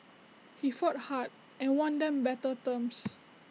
he fought hard and won them better terms